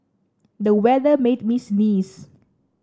the weather made me sneeze